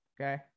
Okay